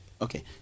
Okay